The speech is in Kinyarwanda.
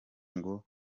ngo